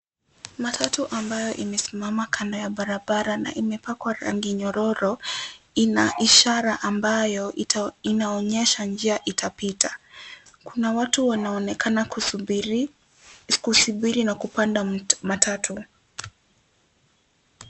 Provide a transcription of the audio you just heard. Matatu ambayo imesimama kando ya barabara na imepakwa rangi nyororo, ina ishara ambayo inaonyesha njia itapita. Kuna watu wanaonekana kusubiri na kupanda matatu.